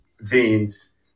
veins